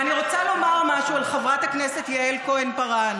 ואני רוצה לומר משהו על חברת הכנסת יעל כהן-פארן.